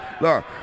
Look